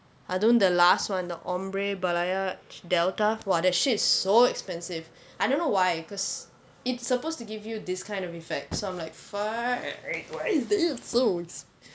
I don't the last one the ombre balayage delta !wah! that shit is so expensive I don't know why because it's supposed to give you this kind of effect so I'm like fu~ why is this so expensive